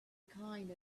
kind